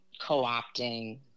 co-opting